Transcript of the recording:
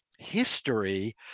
history